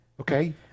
Okay